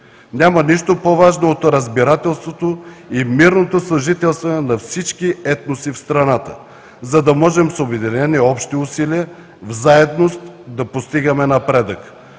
Няма нищо по-важно от разбирателството и мирното съжителство на всички етноси в страната, за да можем с обединени общи усилия в заедност да постигаме напредък.